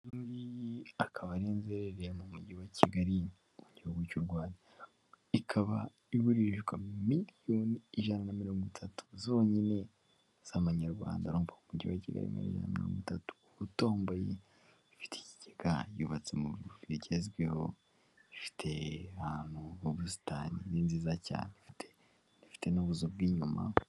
Iyi ngiyi akaba ari inzu irereye mu mujyi wa Kigali igihugu cy'u Rwanda, ikaba igurishwa miliyoni ijana na mirongo itatu zonyine z'amanyarwanda mu mujyi wa Kigali miliyoni mirongo itatu uba utomboye ifite ikigega yubatse mu buryo bugezweho, ifite ahantu h'ubusitani ni nziza cyane rifite n'ubuzu bw'inyuma.